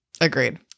Agreed